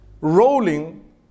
rolling